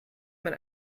man